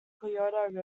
cuyahoga